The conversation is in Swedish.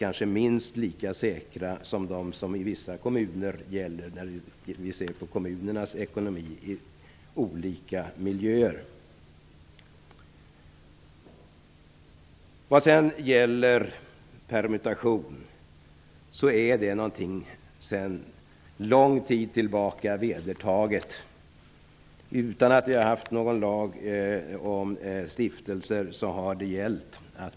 Om vi ser på kommunernas ekonomi i olika miljöer är kanske dessa säkerheter minst lika säkra som de som gäller i vissa kommuner. Permutation är sedan långt tid tillbaka vedertaget. Detta har gällt utan att vi har haft någon lag om stiftelser.